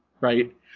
right